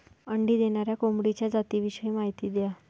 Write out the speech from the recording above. अंडी देणाऱ्या कोंबडीच्या जातिविषयी माहिती द्या